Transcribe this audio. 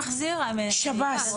שב"ס.